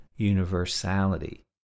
universality